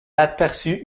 aperçut